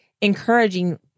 encouraging